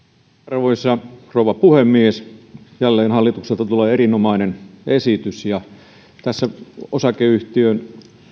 arvoisa rouva puhemies jälleen hallitukselta tulee erinomainen esitys tässä osakeyhtiön